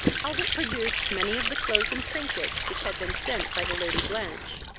albert produced many of the clothes and trinkets which had been sent by the lady blanch.